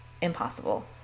impossible